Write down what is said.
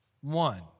one